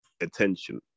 attention